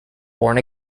born